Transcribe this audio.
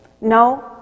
No